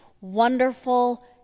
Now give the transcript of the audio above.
wonderful